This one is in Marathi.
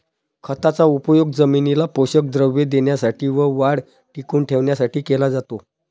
खताचा उपयोग जमिनीला पोषक द्रव्ये देण्यासाठी व वाढ टिकवून ठेवण्यासाठी केला जातो